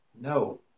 no